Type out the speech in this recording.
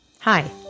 Hi